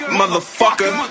motherfucker